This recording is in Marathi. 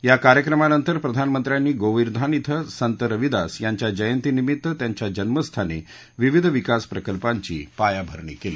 या कार्यक्रमानंतर प्रधानमंत्र्यांनी गोवर्धन इथं संत रविदास यांच्या जयंतीनिमित्त त्यांच्या जन्मस्थानी विविध विकास प्रकल्पांची पायाभरणी केली